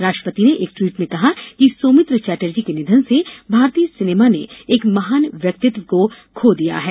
राष्ट्रपति ने एक ट्वीट में कहा कि सौमित्र चटर्जी के निधन से भारतीय सीनेमा ने एक महान् व्यक्तित्व को खो दिया है